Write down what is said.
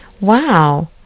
wow